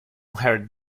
her